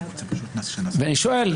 ואני שואל,